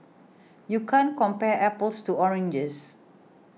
you can't compare apples to oranges